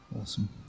Awesome